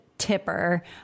tipper